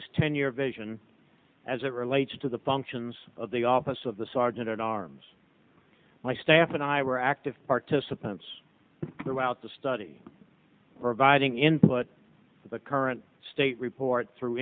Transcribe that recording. this ten year vision as it relates to the functions of the office of the sergeant at arms my staff and i were active participants through out the study providing input to the current state report